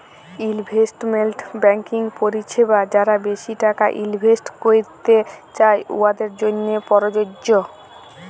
investment banking পরিছেবা যারা বেশি টাকা ইলভেস্ট ক্যইরতে চায়, উয়াদের জ্যনহে পরযজ্য